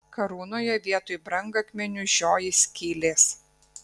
karūnoje vietoj brangakmenių žioji skylės